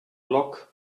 lock